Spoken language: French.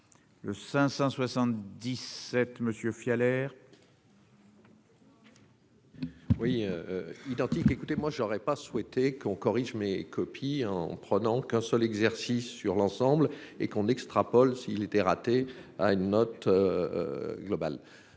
le 577 monsieur Fiole R. Oui identique : écoutez, moi je n'aurais pas souhaité qu'on corrige mes copies, en prenant qu'un seul exercice sur l'ensemble et qu'on extrapole, s'il était raté à une note globale,